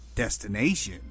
destination